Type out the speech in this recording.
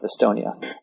Estonia